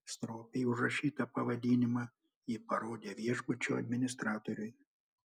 stropiai užrašytą pavadinimą ji parodė viešbučio administratoriui